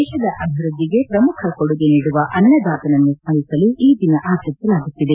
ದೇಶದ ಅಭಿವೃದ್ಧಿಗೆ ಪ್ರಮುಖ ಕೊಡುಗೆ ನೀಡುವ ಅನ್ನದಾತನನ್ನು ಸ್ಥರಿಸಲು ಈ ದಿನ ಆಚರಿಸಲಾಗುತ್ತಿದೆ